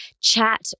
chat